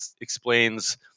explains